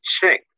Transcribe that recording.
check